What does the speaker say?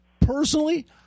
personally